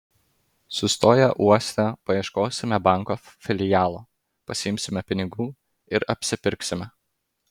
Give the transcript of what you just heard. sustoję uoste paieškosime banko filialo pasiimsime pinigų ir apsipirksime